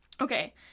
Okay